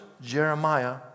Jeremiah